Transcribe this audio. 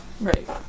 Right